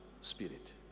spirit